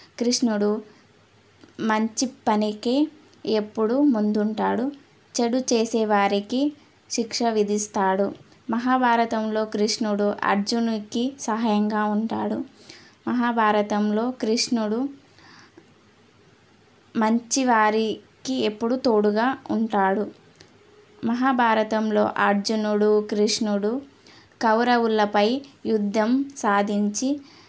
కృష్ణుడు మంచి పనికి ఎప్పుడు ముందుంటాడు చెడు చేసేవారికి శిక్ష విధిస్తాడు మహాభారతంలో కృష్ణుడు అర్జునుడికి సహాయంగా ఉంటాడు మహాభారతంలో కృష్ణుడు మంచివారికి ఎప్పుడు తోడుగా ఉంటాడు మహాభారతంలో అర్జునుడు కృష్ణుడు కౌరవులపై యుద్ధం సాధించి